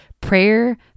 prayer